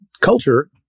culture